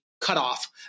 cutoff